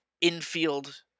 infield